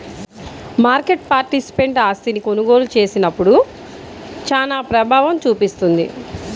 market participant ఆస్తిని కొనుగోలు చేసినప్పుడు చానా ప్రభావం చూపిస్తుంది